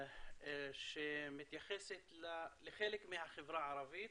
תוכנית שמתייחסת לחלק מהחברה הערבית.